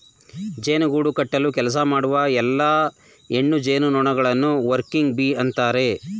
ಜೇನು ಗೂಡು ಕಟ್ಟಲು ಕೆಲಸ ಮಾಡುವ ಎಲ್ಲಾ ಹೆಣ್ಣು ಜೇನುನೊಣಗಳನ್ನು ವರ್ಕಿಂಗ್ ಬೀ ಅಂತರೆ